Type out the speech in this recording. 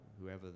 whoever